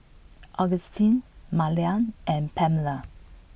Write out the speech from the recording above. Agustin Malia and Pamella